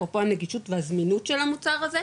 אפרופו הנגישות והזמינות של המוצר הזה,